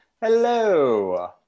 hello